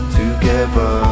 together